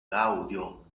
gaudio